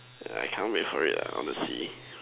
I can't wait for it ah honestly